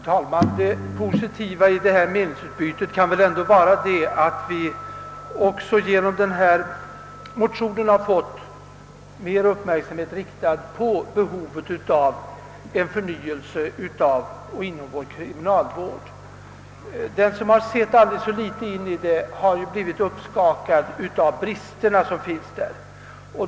Herr talman! Det positiva i detta meningsutbyte kan väl vara att vi också genom motionen har fått uppmärksamheten mer riktad på behovet av en förnyelse inom vår kriminalvård. Den som aldrig så litet har satt sig in i denna har blivt uppskakad av de brister som finns där.